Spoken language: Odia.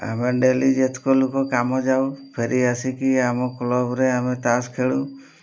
ଆମେ ଡେଲି ଯେତକ ଲୋକ କାମ ଯାଉ ଫେରି ଆସିକି ଆମ କ୍ଲବ୍ରେ ଆମେ ତାସ୍ ଖେଳୁ